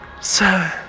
seven